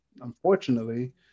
unfortunately